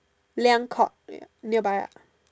Liang court wait ah near by ah